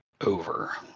over